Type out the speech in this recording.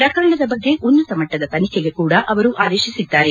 ಪ್ರಕರಣದ ಬಗ್ಗೆ ಉನ್ನತಮಟ್ಟದ ತನಿಖೆಗೆ ಕೂಡ ಅವರು ಆದೇಶಿಸಿದ್ದಾರೆ